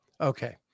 Okay